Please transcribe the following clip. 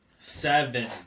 Seven